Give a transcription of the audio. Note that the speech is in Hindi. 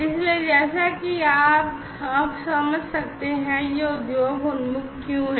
इसलिए जैसा कि आप अब समझ सकते हैं यह उद्योग उन्मुख क्यों है